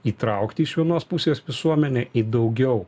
įtraukti iš vienos pusės visuomenę į daugiau